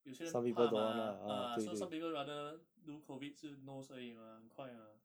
有些人怕吗 ah so some people rather do COVID 是 nose 而已吗很快吗